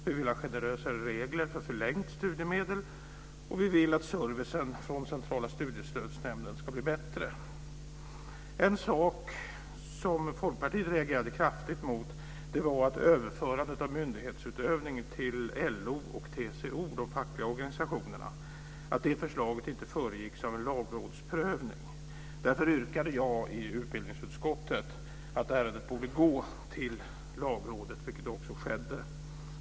Vi vill ha generösare regler för förlängt studiemedel. Vi vill att servicen från Centrala studiestödsnämnden ska bli bättre. En sak som Folkpartiet reagerade kraftigt mot var att överförandet av myndighetsutövning till de fackliga organisationerna LO och TCO inte föregicks av en lagrådsprövning. Därför yrkade jag i utbildningsutskottet att ärendet borde gå till Lagrådet, vilket också skedde.